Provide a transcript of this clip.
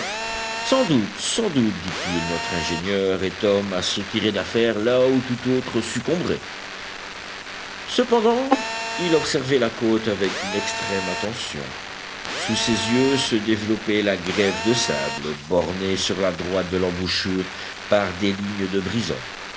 sans doute sans doute dit-il notre ingénieur est homme à se tirer d'affaire là où tout autre succomberait cependant il observait la côte avec une extrême attention sous ses yeux se développait la grève de sable bornée sur la droite de l'embouchure par des lignes de brisants